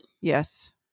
Yes